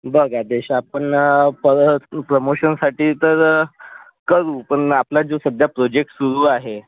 बघ आदेश आपण प्रमोशनसाठी तर करू पण आपला जो सध्या प्रोजेक्ट सुरू आहे